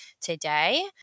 today